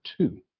two